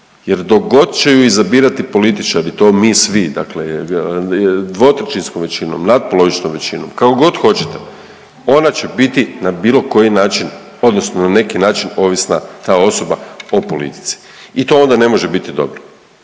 jer dok god će ju izabirati političari, to mi svi, dakle je, dvotrećinskom većinom, natpolovičnom većinom, kako god hoćete, ona će bit na bilo koji način, odnosno na neki način ovisna, ta osoba o politici. I to onda ne može biti dobro.